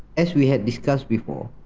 as we had discussed before,